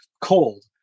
cold